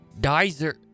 Dizer